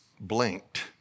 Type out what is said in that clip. blinked